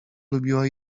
lubiła